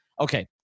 Okay